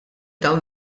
dawn